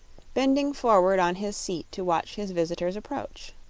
bending forward on his seat to watch his visitors approach.